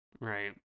Right